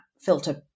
filter